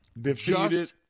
Defeated